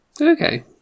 Okay